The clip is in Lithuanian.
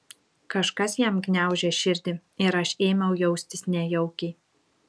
kažkas jam gniaužė širdį ir aš ėmiau jaustis nejaukiai